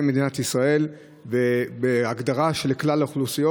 מדינת ישראל ובהגדרה של כלל האוכלוסיות.